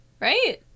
Right